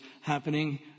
happening